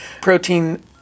Protein